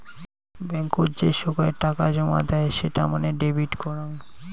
বেঙ্কত যে সোগায় টাকা জমা দেয় সেটা মানে ডেবিট করাং